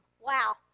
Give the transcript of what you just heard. Wow